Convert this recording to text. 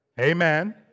Amen